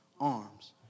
arms